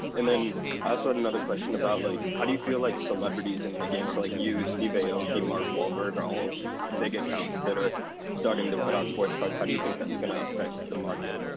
and then i also had another question about like, how do you feel like celebrities in the game? so like you, steve aoki, mark wahlberg are all of big accounts that are starting to put out sports cards. how do you think that's gonna affect the market?